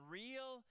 real